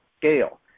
scale